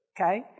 okay